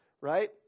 right